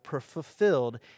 fulfilled